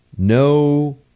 No